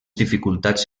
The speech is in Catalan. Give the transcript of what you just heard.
dificultats